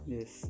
Yes